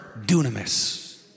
dunamis